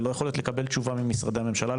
ללא יכולת לקבל תשובה ממשרדי הממשלה,